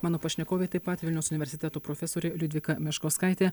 mano pašnekovė taip pat vilniaus universiteto profesorė liudvika meškauskaitė